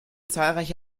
zahlreiche